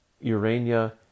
Urania